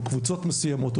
קבוצות מסוימות,